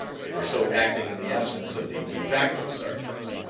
they were so acting in the absence of the de facto sergeants.